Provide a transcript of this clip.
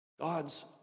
God's